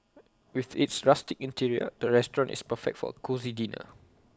with its rustic interior the restaurant is perfect for A cosy dinner